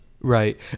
right